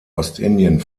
ostindien